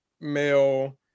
male